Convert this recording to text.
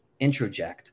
introject